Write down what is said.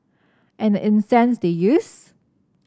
and the 'incense' they used